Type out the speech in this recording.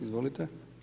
Izvolite.